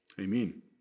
Amen